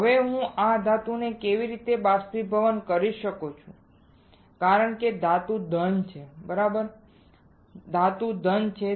હવે હું આ ધાતુને કેવી રીતે બાષ્પીભવન કરી શકું કારણ કે ધાતુ ઘન છે બરાબર ધાતુ ઘન છે